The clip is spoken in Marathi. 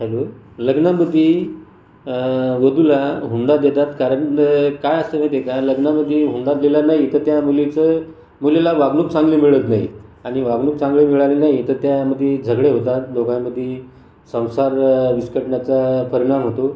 हॅलो लग्नामध्ये वधूला हुंडा देतात कारण काय असते माहिती आहे का लग्नामध्ये हुंडा दिला नाही तर त्या मुलीचं मुलीला वागणूक चांगली मिळत नाही आणि वागणूक चांगली मिळत नाही तर त्यामधी झगडे होतात दोघांमध्ये संसार विस्कटण्याचा परिणाम होतो